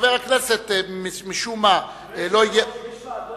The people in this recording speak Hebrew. חבר הכנסת, משום מה, אדוני היושב-ראש, יש ועדות